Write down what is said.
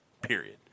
Period